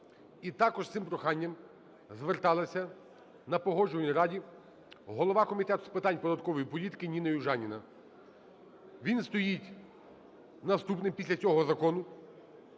І також з цим проханням зверталася на Погоджувальній раді голова Комітету з питань податкової політики Ніна Южаніна. Він стоїть наступним після цього закону,